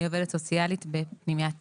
אני עובדת סוציאלית בפנימיית